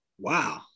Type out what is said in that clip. Wow